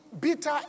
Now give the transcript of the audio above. bitter